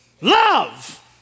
Love